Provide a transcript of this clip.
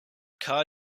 car